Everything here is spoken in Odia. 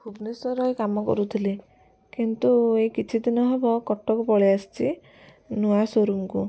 ଭୁବନେଶ୍ୱରରେ ରହି କାମ କରୁଥିଲି କିନ୍ତୁ ଏଇ କିଛି ଦିନ ହବ କଟକ ପଳେଇ ଆସିଛି ନୂଆ ସୋରୁମକୁ